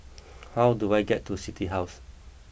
how do I get to City House